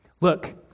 Look